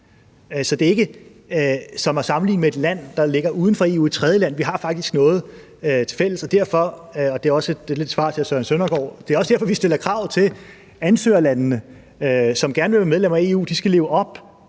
Så det er ikke som at sammenligne med et land, der ligger uden for EU, et tredjeland, men vi har faktisk noget tilfælles, og det er også derfor – det er også lidt et svar til hr. Søren Søndergaard – vi stiller krav til ansøgerlandene, som gerne vil være medlemmer af EU. De skal leve op